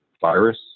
virus